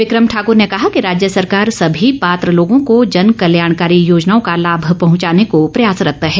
बिक्रम ठाकूर ने कहा कि राज्य सरकार सभी पात्र लोगों को जन कल्याणकारी योजनाओं का लाभ पहुंचाने को प्रयासरत्त है